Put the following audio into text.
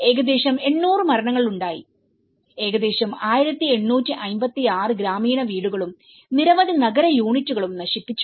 ഏകദേശം 800 മരണങ്ങൾ ഉണ്ടായി ഏകദേശം 1856 ഗ്രാമീണ വീടുകളും നിരവധി നഗര യൂണിറ്റുകളും നശിപ്പിച്ചു